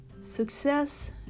Success